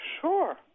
Sure